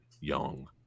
young